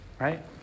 Right